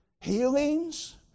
healings